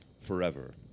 forever